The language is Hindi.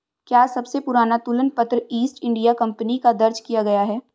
क्या सबसे पुराना तुलन पत्र ईस्ट इंडिया कंपनी का दर्ज किया गया है?